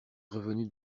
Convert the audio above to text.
revenu